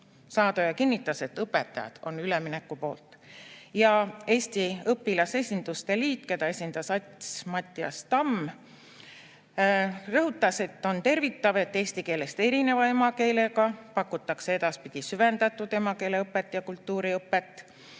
Saadoja kinnitas, et õpetajad on ülemineku poolt. Ja Eesti Õpilasesinduste Liit, keda esindas Ats Mattias Tamm, rõhutas, et on tervitatav, et eesti keelest erineva emakeelega [lastele] pakutakse edaspidi süvendatud emakeeleõpet ja kultuuriõpet